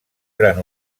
gran